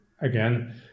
again